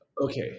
Okay